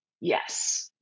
yes